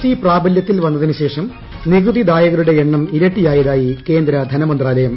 T പ്രാബലൃത്തിൽ വന്നതിനു ശേഷം നികുതിദായകരുടെ എണ്ണം ഇരട്ടി ആയതായി കേന്ദ്ര ധനമന്ത്രാലയം